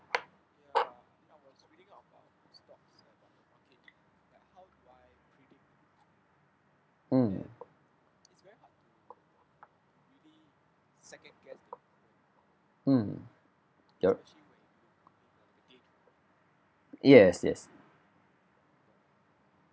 mm mm your yes yes